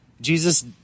Jesus